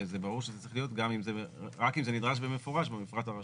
וזה ברור שזה צריך להיות גם רק אם זה נדרש במפורש במפרט הרשותי.